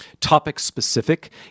topic-specific